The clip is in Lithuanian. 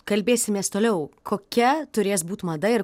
kalbėsimės toliau kokia turės būt mada ir